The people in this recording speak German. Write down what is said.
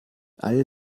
all